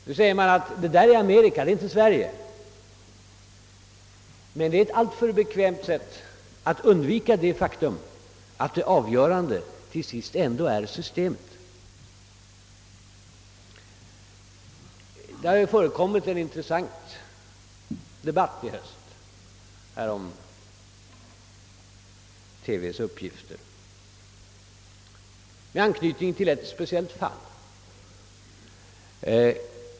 Nu säger någon att detta gäller i USA, inte i Sverige. Men det är ett alltför bekvämt sätt att undvika det faktum att det avgörande till sist ändå är systemet. Det har i höst förekommit en intressant debatt om TV:s uppgifter, vilken haft anknytning till ett speciellt fall.